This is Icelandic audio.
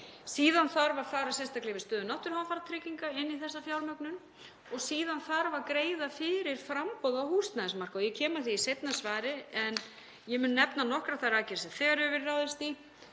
Síðan þarf að fara sérstaklega yfir stöðu náttúruhamfaratrygginga inn í þessa fjármögnun og síðan þarf að greiða fyrir framboði á húsnæðismarkað og ég kem að því í seinna svari. Ég mun nefna nokkrar þær aðgerðir sem þegar hefur verið ráðist í